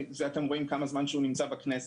אתם רואים לפי זה כמה זמן הוא נמצא בכנסת.